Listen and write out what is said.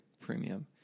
premium